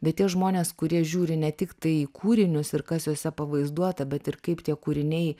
bet tie žmonės kurie žiūri ne tiktai į kūrinius ir kas juose pavaizduota bet ir kaip tie kūriniai